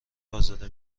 ازاده